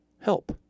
help